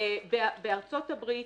בארצות הברית